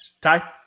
Ty